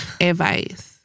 Advice